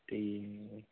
ਠੀਕ ਹੈ ਜੀ